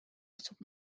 tasub